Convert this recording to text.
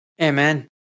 Amen